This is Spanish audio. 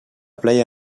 playa